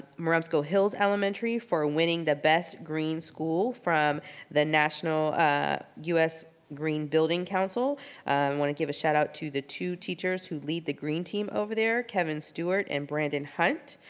murrim school hills elementary for winning the best green school from the national ah us green building council. i wanna give a shout out to the two teachers who lead the green team over there, kevin stewart and brandon hunt.